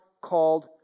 called